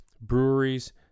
Breweries